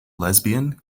lesbian